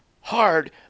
hard –